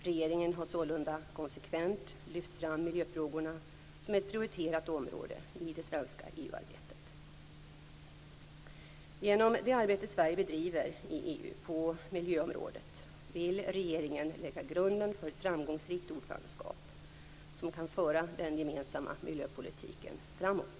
Regeringen har sålunda konsekvent lyft fram miljöfrågorna som ett prioriterat område i det svenska EU Genom det arbete Sverige bedriver i EU på miljöområdet vill regeringen lägga grunden för ett framgångsrikt ordförandeskap, som kan föra den gemensamma miljöpolitiken framåt.